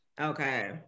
Okay